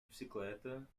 bicicleta